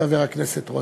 חבר הכנסת רוזנטל.